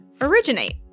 originate